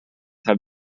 have